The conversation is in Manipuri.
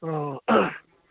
ꯑꯥ